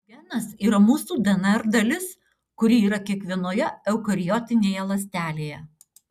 genas yra mūsų dnr dalis kuri yra kiekvienoje eukariotinėje ląstelėje